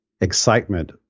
excitement